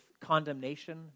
condemnation